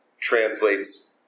translates